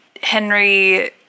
Henry